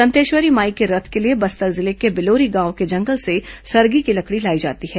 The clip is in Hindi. दंतेश्वरी माई के रथ के लिए बस्तर जिले के बिलोरी गांव के जंगल से सरगी की लकड़ी लाई जाती है